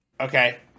Okay